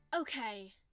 Okay